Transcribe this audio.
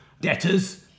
debtors